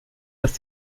dass